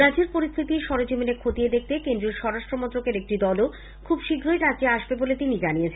রাজ্যের পরিস্থিতি সরেজমিনে খতিয়ে দেখতে কেন্দ্রীয় স্বরাষ্ট্রমন্ত্রকের একটি দলও খুব শীঘ্রই রাজ্যে আসবে বলে তিনি জানিয়েছেন